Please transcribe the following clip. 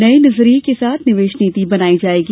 नए नजरिए के साथ निवेश नीति बनाई जाएगी